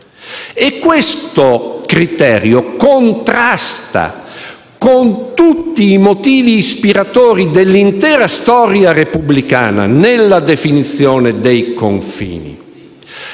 E questo criterio contrasta con tutti i motivi ispiratori dell'intera storia repubblicana nella definizione dei confini.